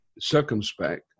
circumspect